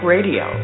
Radio